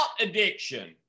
addiction